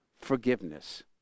forgiveness